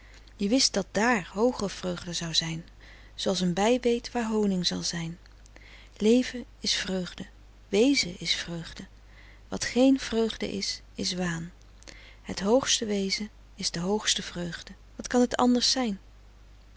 je wist dat dààr hooger vreugde zou zijn zooals een bij weet waar honig zal zijn leven is vreugde wezen is vreugde wat geen vreugde is is waan het hoogste wezen is de hoogste vreugde wat kan het anders zijn